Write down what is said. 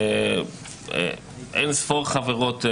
של אין-ספור חברות,